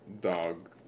dog